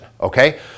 okay